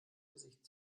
gesicht